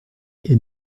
est